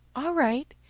all right.